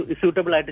suitable